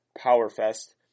PowerFest